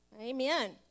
Amen